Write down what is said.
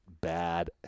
bad